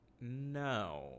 No